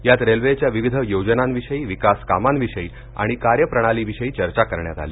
यात रेल्वेच्या विविध योजनांविषयी विकास कामांविषयी आणि कार्यप्रणालीविषयी चर्चा करण्यात आली